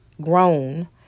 grown